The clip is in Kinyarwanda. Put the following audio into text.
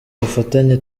ubufatanye